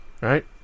Right